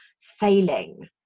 failing